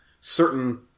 certain